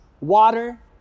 water